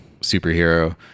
superhero